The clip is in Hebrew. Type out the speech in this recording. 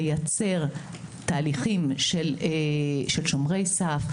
לייצר תהליכים של שומרי סף,